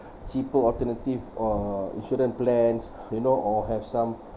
cheaper alternative or insurance plans you know or have some